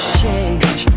change